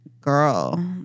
girl